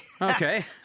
Okay